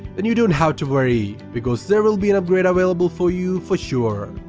then you don't have to worry, because there will be an upgrade available for you for sure.